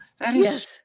Yes